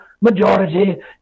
majority